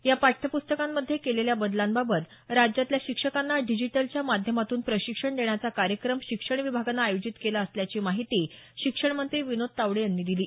या पाठ्यपुस्तकांमध्ये केलेल्या बदलांबाबत राज्यातल्या शिक्षकांना डिजीटलच्या माध्यमातून प्रशिक्षण देण्याचा कार्यक्रम शिक्षण विभागानं आयोजित केला असल्याची माहिती शिक्षण मंत्री विनोद तावडे यांनी दिली